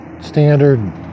standard